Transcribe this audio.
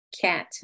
cat